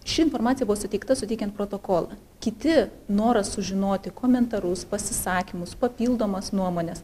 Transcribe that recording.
ši informacija bus suteikta suteikiant protokolą kiti noras sužinoti komentarus pasisakymus papildomas nuomones